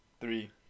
Three